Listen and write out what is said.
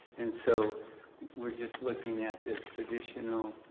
and so we are just looking at this traditional